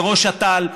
לראש אט"ל,